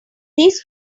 these